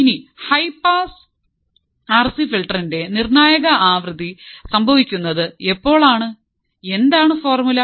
ഇനി high pass RC ഫിൽറ്ററിന്റെ നിർണ്ണായക ആവൃത്തി സംഭവിക്കുന്നത് എപ്പോൾ ആണ് എന്താണ് ഫോർമുല